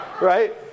right